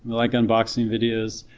like unboxing videos,